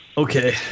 Okay